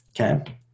okay